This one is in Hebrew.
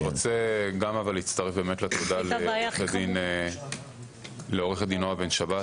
אני רוצה גם אבל להצטרף באמת לתודה לעו"ד נעה בן שבת.